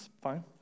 fine